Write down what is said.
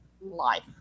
life